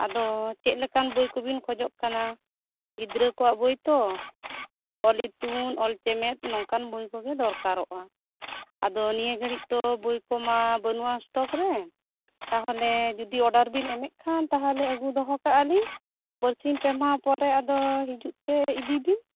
ᱟᱫᱚ ᱪᱮᱫ ᱞᱮᱠᱟᱱ ᱵᱳᱭ ᱠᱚ ᱵᱤᱱ ᱠᱷᱚᱡᱚᱜ ᱠᱟᱱᱟ ᱜᱤᱫᱽᱨᱟᱹ ᱠᱚᱣᱟᱜ ᱵᱳᱭ ᱛᱚ ᱚᱞ ᱤᱛᱩᱱ ᱚᱞ ᱪᱮᱢᱮᱫ ᱱᱚᱝᱠᱟᱱ ᱵᱳᱭ ᱠᱚᱜᱮ ᱫᱚᱨᱠᱟᱨᱚᱜᱼᱟ ᱟᱫᱚ ᱱᱤᱭᱟᱹ ᱜᱷᱟᱹᱲᱤᱡ ᱛᱚ ᱵᱳᱭ ᱠᱚᱢᱟ ᱵᱟᱱᱩᱜᱼᱟ ᱥᱴᱚᱠᱨᱮ ᱛᱟᱦᱚᱞᱮ ᱡᱩᱫᱤ ᱚᱨᱰᱟᱨ ᱵᱤᱱ ᱮᱢᱮᱫ ᱠᱷᱟᱱ ᱛᱟᱦᱚᱞᱮ ᱟᱹᱜᱩ ᱫᱚᱦᱚ ᱠᱟᱜᱼᱟ ᱞᱤᱧ ᱵᱟᱨ ᱥᱤᱧ ᱯᱮᱢᱟᱦᱟ ᱯᱚᱨᱮ ᱟᱫᱚ ᱦᱤᱡᱩᱜ ᱛᱮ ᱤᱫᱤ ᱵᱤᱱ